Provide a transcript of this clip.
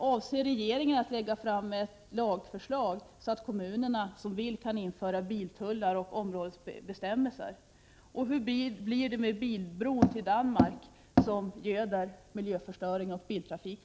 Avser regeringen att lägga fram ett lagförslag så att de kommuner som vill kan införa biltullar och områdesbestämmelser? Hur blir det med bilbro till Danmark, som göder miljöförstöring och trafik?